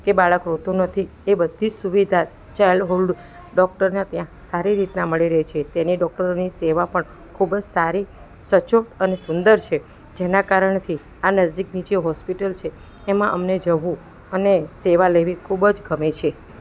કે બાળક રોતું નથી એ બધી જ સુવિધા ચાઈલ્ડહૂલ્ડ ડૉક્ટરના ત્યાં સારી રીતના મળી રહે છે તેની ડૉક્ટરની સેવા પણ ખૂબ જ સારી સચોટ અને સુંદર છે જેના કારણથી આ નજદીકની જે હોસ્પિટલ છે એમાં અમને જવું અને સેવા લેવી ખૂબ જ ગમે છે